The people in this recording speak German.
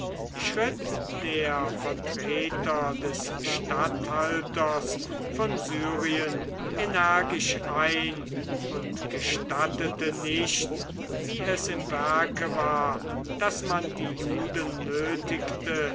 schritt der vertreter des statthalters von syrien energisch ein und gestattete nicht wie es im werke war daß man die juden nötigte